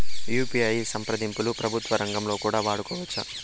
UPI సంప్రదింపులు ప్రభుత్వ రంగంలో కూడా వాడుకోవచ్చా?